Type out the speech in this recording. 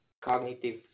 cognitive